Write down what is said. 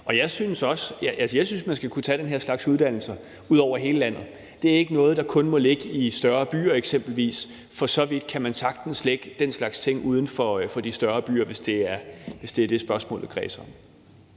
jeg synes, man skal kunne tage den her slags uddannelser i hele landet. Det er ikke noget, der kun må ligge i større byer eksempelvis; man kan for så vidt sagtens lægge den slags ting uden for de større byer, hvis det er det, spørgsmålet kredser